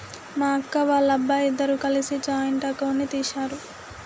మా అక్క, వాళ్ళబ్బాయి ఇద్దరూ కలిసి జాయింట్ అకౌంట్ ని తీశారు